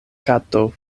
kato